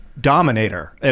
dominator